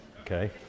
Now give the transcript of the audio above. okay